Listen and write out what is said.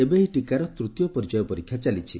ଏବେ ଏହି ଟୀକାର ତୃତୀୟ ପର୍ଯ୍ୟାୟ ପରୀକ୍ଷା ଚାଲିଛି